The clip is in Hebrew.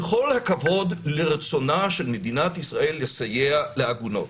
בכל הכבוד לרצונה של מדינת ישראל לסייע לעגונות,